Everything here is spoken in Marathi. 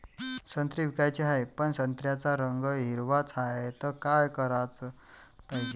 संत्रे विकाचे हाये, पन संत्र्याचा रंग हिरवाच हाये, त का कराच पायजे?